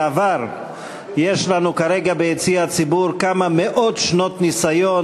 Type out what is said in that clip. יש לנו כרגע ביציע הציבור כמה מאות שנות ניסיון